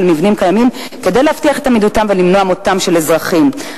מבנים קיימים כדי להבטיח את עמידותם ולמנוע מותם של אזרחים.